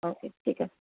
okay ঠিক আছে